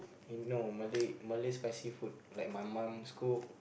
eh no Malay Malay spicy food like my mum's cook